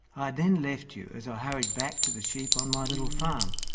i then left you as i hurried back to the sheep on my little farm,